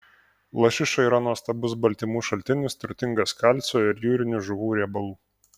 lašiša yra nuostabus baltymų šaltinis turtingas kalcio ir jūrinių žuvų riebalų